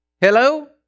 Hello